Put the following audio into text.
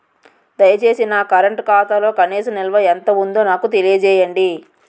దయచేసి నా కరెంట్ ఖాతాలో కనీస నిల్వ ఎంత ఉందో నాకు తెలియజేయండి